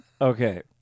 Okay